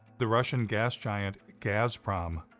the russian gas giant, gazprom.